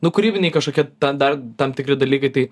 nu kūrybiniai kažkokie dar tam tikri dalykai tai